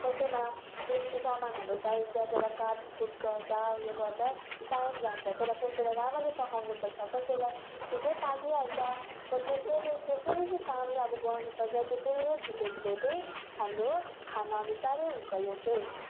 कसैमा बेसी सामानहरू चाहिन्छ त्यसलाई काटकुट गर्दा उयो गर्दा टाइम जान्छ त्यसलाई कसलाई राम्ररी पकाउनु पर्छ कसलाई छिटै पाकिहाल्छ कोही त्यसरी त्यसरी नै काम अब गर्नु पर्छ त्यसरी नै छिटो ढिलो त्यही हाम्रो खाना अनुसार हुन्छ यो चाहिँ